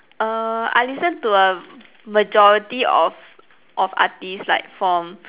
err I listen to a majority of of artistes like from